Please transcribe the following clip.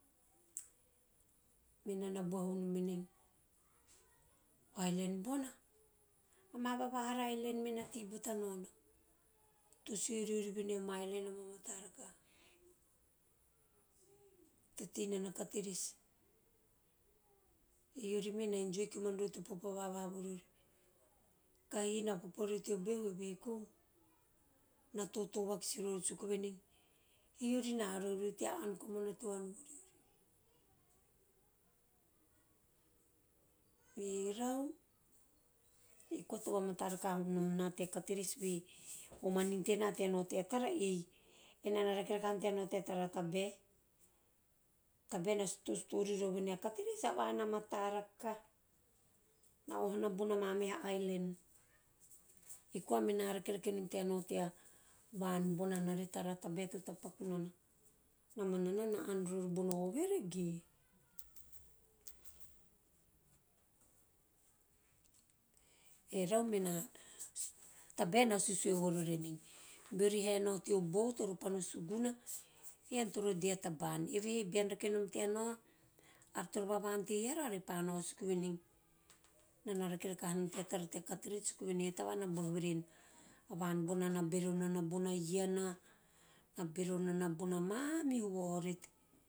Menana boha vonom en o island bona ama vavahara island me na tei batanaona to sue riori ama island ama mata rakaha to teinana carteves. Eorri me na enjoy komana rori to popo vavaha vo riori, kahi na popo rori teo behu o beiko na toto vakis rori sukuvenei eovi na arau rori tea ann veuei to ann voriori. Merau ei koa to vamata rakaha vonom na tea carteves ve, o manin tena tea nao tea tara a ei enana rake rakanom tea nao tea tara a tabae na story rori ven a carteves a van a mata rakaha na oha nana bona ma meha island ei koa mena rakerake nom tea nao tea van bona tea tava a tabae to tapaku nana, na mana nana na ann rori bono oveve ge?. Erau bena tabae na susue varovi en beori hae neo teo boat ore pa no sugana ean toro de a taba`an evehe bean rakenom tea nao eara toro vava ante eara are pa nao suku venei enana rake rakahanon tea tara tea cartevets suku venei a tavan na boha voren a van bona na bevo na bona iana, na bero nana bona mamihu vaorete.